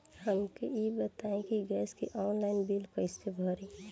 हमका ई बताई कि गैस के ऑनलाइन बिल कइसे भरी?